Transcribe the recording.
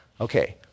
Okay